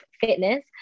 fitness